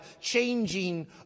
changing